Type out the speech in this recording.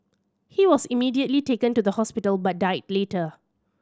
he was immediately taken to the hospital but died later